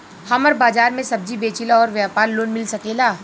हमर बाजार मे सब्जी बेचिला और व्यापार लोन मिल सकेला?